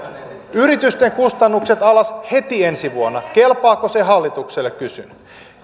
yritysten kustannukset alas heti ensi vuonna kelpaako se hallitukselle kysyn